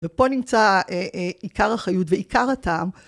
ופה נמצא עיקר החיות ועיקר הטעם